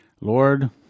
Lord